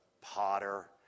potter